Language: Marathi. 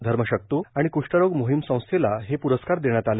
धर्मशक्त् आणि कष्ठरोग मोहीम संस्थेला हे प्रस्कार देण्यात आले